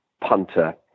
punter